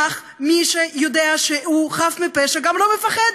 אך מי שיודע שהוא חף מפשע גם לא מפחד,